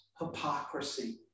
hypocrisy